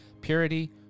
purity